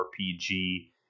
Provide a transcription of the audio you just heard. RPG